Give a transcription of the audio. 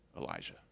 Elijah